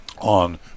on